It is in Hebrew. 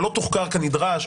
או לא תוחקר כנדרש,